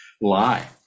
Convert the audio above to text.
lie